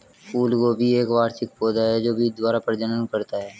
फूलगोभी एक वार्षिक पौधा है जो बीज द्वारा प्रजनन करता है